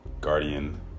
guardian